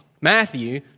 Matthew